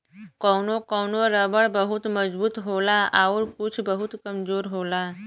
कौनो कौनो रबर बहुत मजबूत होला आउर कुछ बहुत कमजोर होला